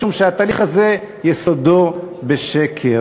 משום שהתהליך הזה יסודו בשקר.